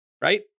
right